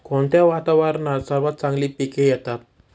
कोणत्या वातावरणात सर्वात चांगली पिके येतात?